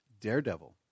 daredevil